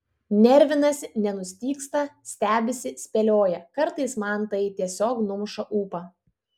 nervinasi nenustygsta stebisi spėlioja kartais man tai tiesiog numuša ūpą